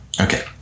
Okay